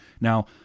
Now